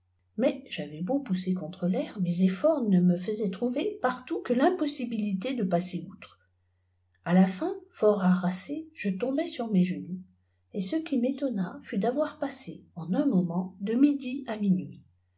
mais j'avais beau pousser contre l'air mes efforts né me faisaient trouver partout que timpossibilite de passer outre a la fin fort harassé je tombai sur mes genoux etce qui m'étonna fut d'avoir passé en un moment de midi à minuit